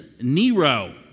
Nero